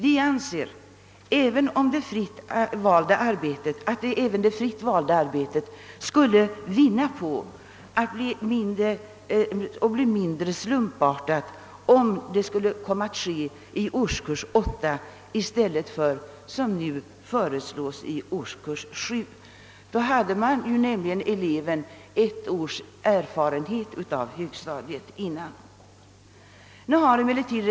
Vi anser att även det fritt valda arbetet skulle vinna på och bli mindre slumpartat om det införes i årskurs 8 i stället för, såsom nu föreslås, i årskurs 7. Då skulle ju eleven ha ett års erfarenhet av högstadiet innan ämnet infördes.